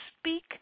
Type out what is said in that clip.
speak